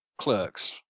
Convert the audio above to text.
Clerks